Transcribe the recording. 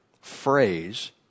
phrase